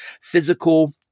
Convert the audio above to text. physical